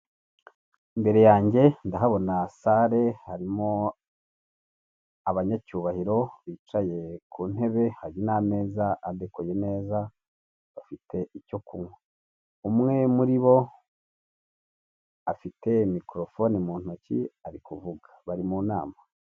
Imbere yange ndahabona sare harimo abanyacyubahiro bicaye ku ntebe, hari n'ameza adekoye neza bafite icyo kunywa, umwe muri bo afite mikorofone mu ntoki ari kuvuga bari mu nama.